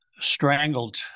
strangled